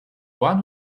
one